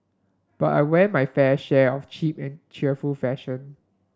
but I wear my fair share of cheap and cheerful fashion